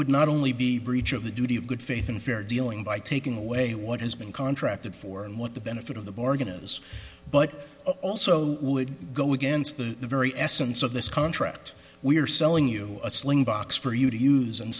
would not only be breach of the duty of good faith and fair dealing by taking away what has been contracted for and what the benefit of the bargain is but also would go against the very essence of this contract we're selling you a slingbox for you to use an